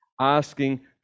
asking